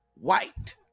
white